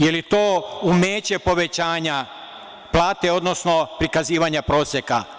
Je li to umeće povećanja plate, odnosno prikazivanja proseka?